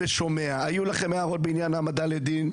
היו לכם הערות בעניין העמדה לדין,